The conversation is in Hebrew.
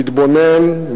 מתבונן,